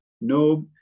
No